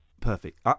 perfect